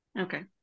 okay